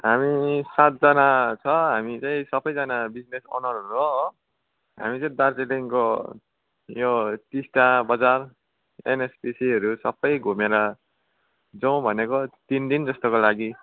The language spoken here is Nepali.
हामी सातजना छ हामी चाहिँ सबैजना बिजनेस अनरहरू हो हो हामी चाहिँ दार्जिलिङको यो टिस्टा बजार एनएचपिसीहरू सबै घुमेर जाउँ भनेको तिन दिन जस्तोको लागि